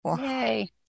Yay